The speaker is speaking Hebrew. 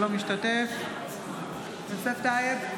אינו משתתף בהצבעה יוסף טייב,